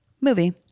Movie